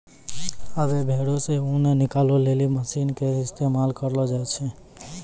आबै भेड़ो से ऊन निकालै लेली मशीन के इस्तेमाल करलो जाय छै